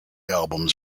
albums